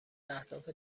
اهداف